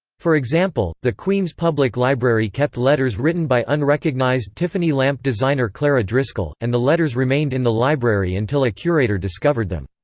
for example, the queens public library kept letters written by unrecognized tiffany lamp designer clara driscoll, and the letters remained in the library until a curator discovered them.